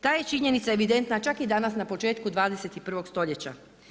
Ta je činjenica evidentna čak i danas na početku 21 stoljeća.